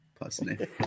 personally